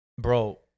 bro